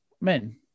men